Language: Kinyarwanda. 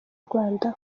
rwanda